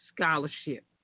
Scholarship